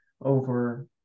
over